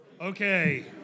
Okay